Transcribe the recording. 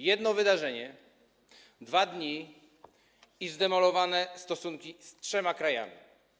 Jedno wydarzenie, dwa dni i zdemolowane stosunki z trzema krajami.